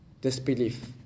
disbelief